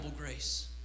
grace